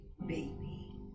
baby